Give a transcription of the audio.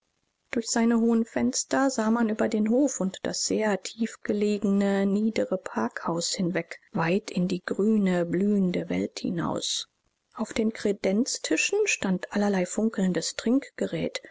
durch seine hohen fenster sah man über den hof und das sehr tiefgelegene niedere packhaus hinweg weit in die grüne blühende welt hinaus auf den kredenztischen stand allerlei funkelndes